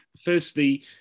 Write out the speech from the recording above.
Firstly